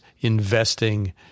investing